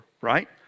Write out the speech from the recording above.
right